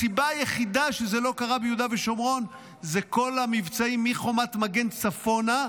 הסיבה היחידה שזה לא קרה ביהודה ושומרון זה כל המבצעים מחומת מגן צפונה,